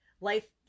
Life